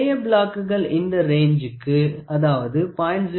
நிறைய பிளாக்குகள் இந்த ரேஞ்சுக்கு அதாவது 0